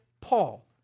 Paul